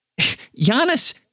Giannis